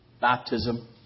baptism